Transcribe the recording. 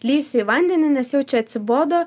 lįsiu į vandenį nes jau čia atsibodo